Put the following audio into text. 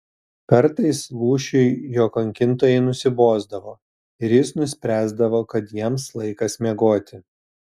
kartais lūšiui jo kankintojai nusibosdavo ir jis nuspręsdavo kad jiems laikas miegoti